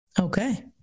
Okay